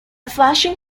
flashing